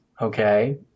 okay